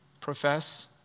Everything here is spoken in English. profess